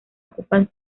ocupan